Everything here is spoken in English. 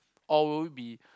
all will be